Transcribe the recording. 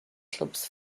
clubs